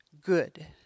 good